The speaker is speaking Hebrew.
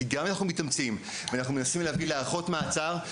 כי גם אם אנחנו מתאמצים ומנסים להביא להארכות מעצר,